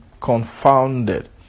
confounded